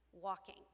walking